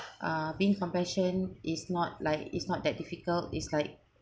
uh being compassion is not like it's not that difficult is like